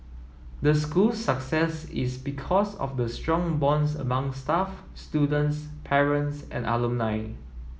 the school success is because of the strong bonds among staff students parents and alumni